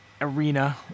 arena